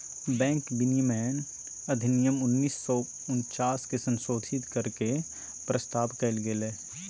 bank विनियमन अधिनियम उन्नीस सौ उनचास के संशोधित कर के के प्रस्ताव कइल गेलय